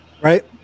right